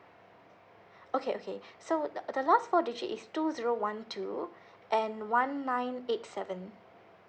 okay okay so the the last four digit is two zero one two and one nine eight seven